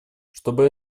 чтобы